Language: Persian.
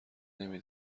نمی